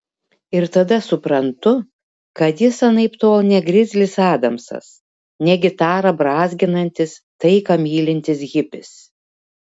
ir tada suprantu kad jis anaiptol ne grizlis adamsas ne gitarą brązginantis taiką mylintis hipis